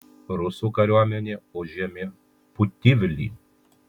rusų kariuomenė užėmė putivlį